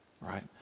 right